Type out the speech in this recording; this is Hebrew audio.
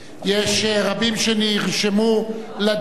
יש רבים שנרשמו לדיון,